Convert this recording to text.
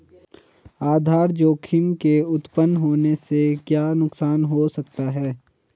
आधार जोखिम के उत्तपन होने से क्या नुकसान हो सकता है?